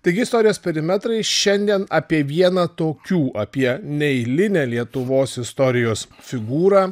taigi istorijos perimetrai šiandien apie vieną tokių apie neeilinę lietuvos istorijos figūrą